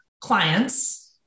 clients